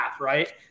right